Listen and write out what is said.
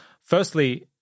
firstly